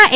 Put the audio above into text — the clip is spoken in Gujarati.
ના એ